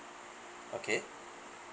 okay